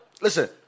Listen